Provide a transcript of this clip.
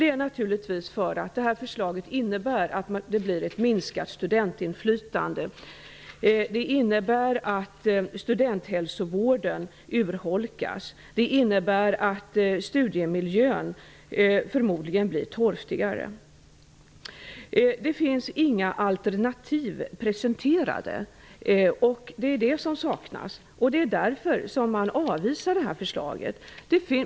Det är naturligtvis för att det här förslaget innebär att det blir ett minskat studentinflytande. Det innebär att studenthälsovården urholkas och att studiemiljön förmodligen blir torftigare. Det finns inga alternativ presenterade. Det är det som saknas. Det är därför som förslaget avvisas.